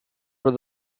were